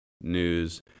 News